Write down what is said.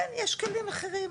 יש כלים אחרים.